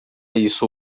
isso